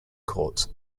courts